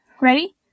Ready